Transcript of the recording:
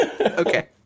okay